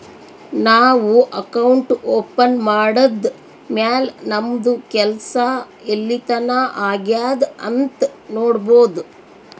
ನಾವು account open ಮಾಡದ್ದ್ ಮ್ಯಾಲ್ ನಮ್ದು ಕೆಲ್ಸಾ ಎಲ್ಲಿತನಾ ಆಗ್ಯಾದ್ ಅಂತ್ ನೊಡ್ಬೋದ್